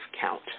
count